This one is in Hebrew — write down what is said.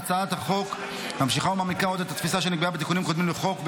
הצעת החוק ממשיכה ומעמיקה עוד את התפיסה שנקבעה בתיקונים לחוק.